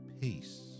peace